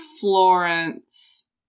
florence